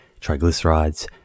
triglycerides